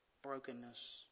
Brokenness